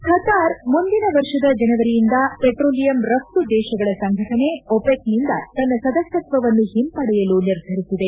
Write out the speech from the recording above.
Qatar ಮುಂದಿನ ವರ್ಷದ ಜನವರಿಯಿಂದ ಪೆಟ್ರೋಲಿಯಂ ರಫ್ತು ದೇಶಗಳ ಸಂಘಟನೆ ಓಪೆಕ್ನಿಂದ ತನ್ನ ಸದಸ್ಯತ್ವವನ್ನು ಹಿಂಪಡೆಯಲು ನಿರ್ಧರಿಸಿದೆ